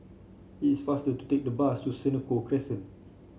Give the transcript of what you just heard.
it is faster to take the bus to Senoko Crescent